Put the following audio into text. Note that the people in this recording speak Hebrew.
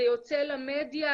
זה יוצא למדיה,